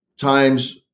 times